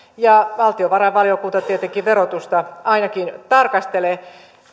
ja valtiovarainvaliokunta tietenkin verotusta ainakin tarkastelee